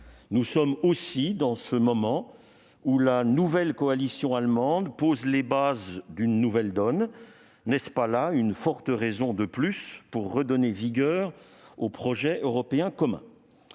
moment est aussi celui où une nouvelle coalition allemande pose les bases d'une nouvelle donne. N'est-ce pas là une forte raison de plus pour redonner vigueur au projet européen commun ?